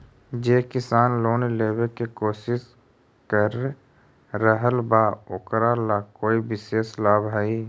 जे किसान लोन लेवे के कोशिश कर रहल बा ओकरा ला कोई विशेष लाभ हई?